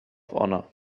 honor